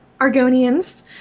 Argonians